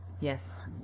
Yes